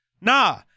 Nah